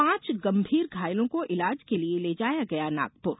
पांच गंभीर घायलों को इलाज के लिए ले जाया गया नागपुर